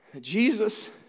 Jesus